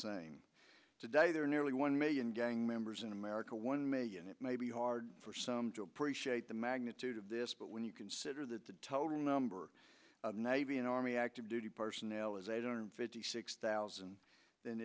same today there are nearly one million gang members in america one million it may be hard for some to appreciate the magnitude of this but when you consider that the total number of navy and army active duty personnel is a donor fifty six thousand then